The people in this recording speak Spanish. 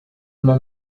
una